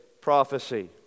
prophecy